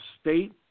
State